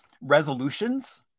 resolutions